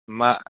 म